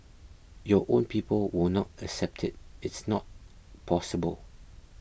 your own people will not accept it it's not possible